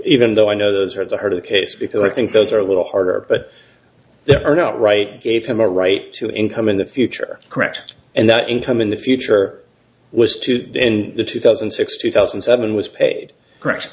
even though i know those are the harder case because i think those are a little harder but they are not right gave him a right to income in the future correct and that income in the future was to end the two thousand and six two thousand and seven was paid correct